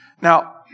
Now